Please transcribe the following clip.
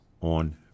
on